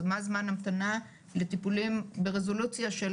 אז מה זמן ההמתנה לטיפולים ברזולוציה של